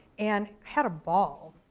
and had a ball.